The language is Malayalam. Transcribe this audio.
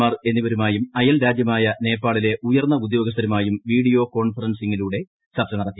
മാർ എന്നിവരുമായും അയൽ രാജ്യമായ നേപ്പാളിലെ ഉയർന്ന ഉദ്യോഗസ്ഥരുമായും വീഡിയോ കോൺഫറൻസിംഗിലൂടെ ചർച്ച നടത്തി